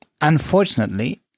Unfortunately